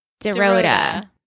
Dorota